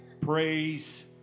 Praise